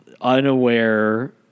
unaware